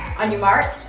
on your mark,